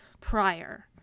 prior